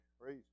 Praise